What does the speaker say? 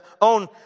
own